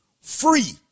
free